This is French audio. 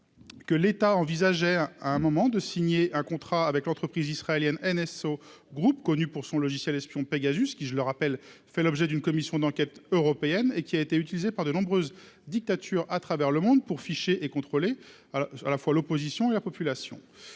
que l'État envisageait un à un moment de signer un contrat avec l'entreprise israélienne NSO Group, connu pour son logiciel espion Pegasus, qui je le rappelle, fait l'objet d'une commission d'enquête européenne et qui a été utilisé par de nombreuses dictatures à travers le monde pour ficher et contrôlé, alors à la fois l'opposition et la population,